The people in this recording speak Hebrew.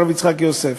הרב יצחק יוסף.